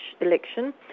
election